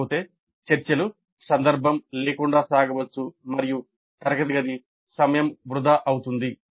లేకపోతే చర్చలు సందర్భం లేకుండా సాగవచ్చు మరియు తరగతి గది సమయం వృధా అవుతుంది